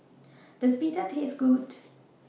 Does Pita Taste Good